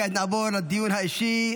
כעת נעבור לדיון האישי.